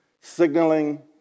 signaling